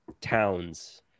towns